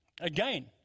Again